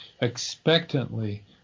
expectantly